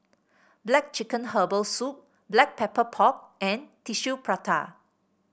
black chicken Herbal Soup Black Pepper Pork and Tissue Prata